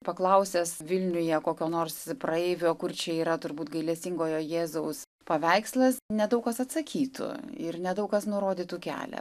paklausęs vilniuje kokio nors praeivio kur čia yra turbūt gailestingojo jėzaus paveikslas nedaug kas atsakytų ir nedaug kas nurodytų kelią